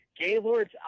Gaylord's